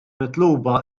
mitluba